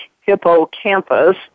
hippocampus